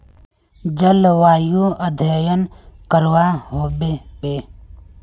जलवायु अध्यन करवा होबे बे?